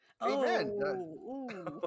Amen